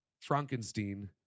frankenstein